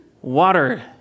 water